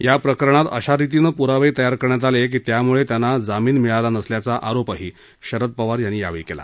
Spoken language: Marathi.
या प्रकरणात अशा रितीनं पुरावे तयार करण्यात आले की त्यामुळे त्यांना जामीन मिळाला नसल्याचा आरोपही पवार यांनी केली